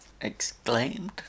exclaimed